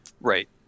Right